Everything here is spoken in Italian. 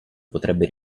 potrebbe